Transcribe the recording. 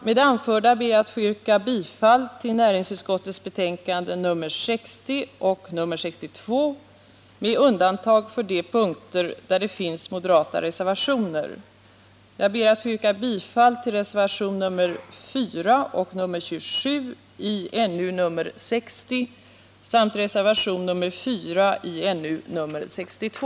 Med det anförda ber jag att få yrka bifall till reservationerna 4 och 27 vid näringsutskottets betänkande nr 60 samt bifall till reservationen 2 vid näringsutskottets betänkande nr 62. I övrigt yrkar jag bifall till utskottets hemställan.